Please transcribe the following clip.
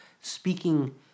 speaking